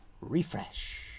Refresh